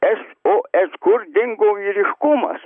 sos kur dingo vyriškumas